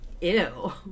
ew